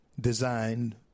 designed